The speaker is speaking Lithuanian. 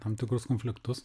tam tikrus konfliktus